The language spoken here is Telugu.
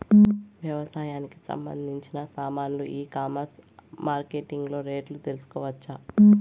వ్యవసాయానికి సంబంధించిన సామాన్లు ఈ కామర్స్ మార్కెటింగ్ లో రేట్లు తెలుసుకోవచ్చా?